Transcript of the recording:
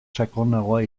sakonagoa